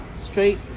Straight